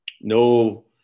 no